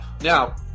Now